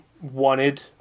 wanted